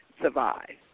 survive